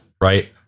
right